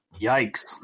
Yikes